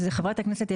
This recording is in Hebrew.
אז חברת הכנסת,